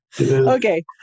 Okay